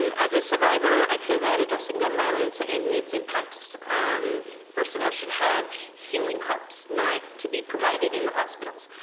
um as a survivor i feel that addressing gun violence and its impacts first of all should have healing hubs not to be provide in hospitals.